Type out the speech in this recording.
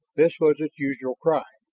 this was its usual cry.